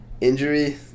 Injury